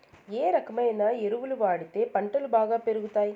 ఏ రకమైన ఎరువులు వాడితే పంటలు బాగా పెరుగుతాయి?